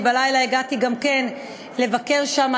בלילה הגעתי אני גם כן לבקר שם,